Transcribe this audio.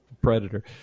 predator